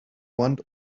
want